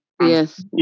Yes